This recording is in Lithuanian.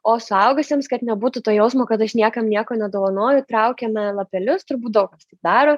o suaugusiems kad nebūtų to jausmo kad aš niekam nieko nedovanoju traukiame lapelius turbūt daug kas taip daro